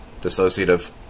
dissociative